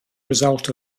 result